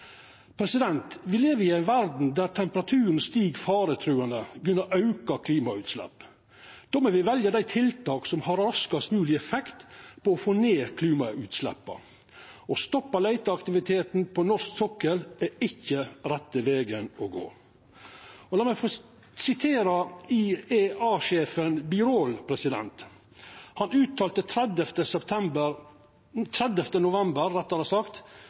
lever i ei verd der temperaturen stig faretruande grunna auka klimagassutslepp. Då må me velja dei tiltaka som har raskast mogleg effekt for å få ned klimagassutsleppa. Å stoppa leiteaktiviteten på norsk sokkel er ikkje rette vegen å gå. La meg få sitera IEA-sjefen, Fatih Birol,